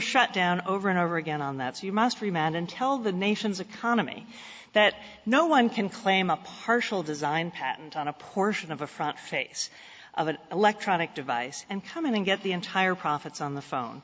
shot down over and over again on that so you must be man and tell the nation's economy that no one can claim a partial design patent on a portion of the front face of an electronic device and come in and get the entire profits on the phone